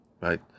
Right